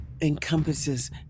encompasses